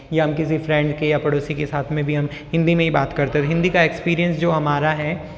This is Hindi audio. या हम किसी फ़्रेंड के या पड़ोसी के साथ में भी हम हिंदी में ही बात करते हैं और हिंदी का एक्सपीरियंस जो हमारा है